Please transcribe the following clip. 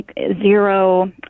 zero